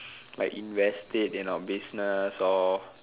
like invest it in our business or